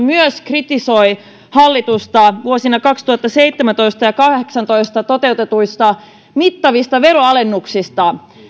myös kritisoi hallitusta vuosina kaksituhattaseitsemäntoista ja kaksituhattakahdeksantoista toteutetuista mittavista veroalennuksista